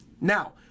Now